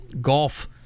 golf